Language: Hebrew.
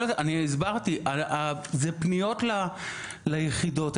אני הסברתי, אלה פניות ליחידות.